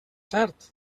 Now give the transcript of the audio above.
cert